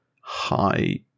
high